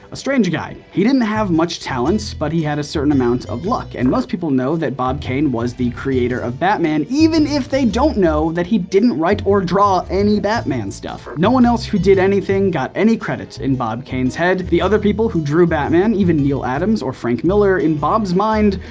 a strange guy. he didn't have much talent, but he had a certain amount of luck. and most people know that bob kane was the creator of batman, even if they don't know that he didn't write or draw any batman stuff. no one else who did anything got any credit in bob kane's head. the other people who drew batman, even neal adams, or frank miller, in bob's mind,